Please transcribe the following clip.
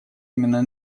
именно